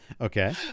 Okay